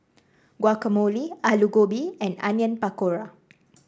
Guacamole Alu Gobi and Onion Pakora